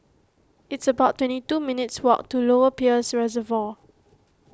it's about twenty two minutes' walk to Lower Peirce Reservoir